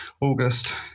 August